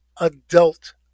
adult